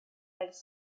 elles